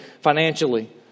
financially